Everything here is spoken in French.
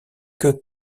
que